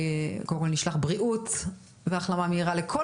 וקודם כל נשלח בריאות והחלמה מהירה לכל